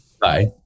Bye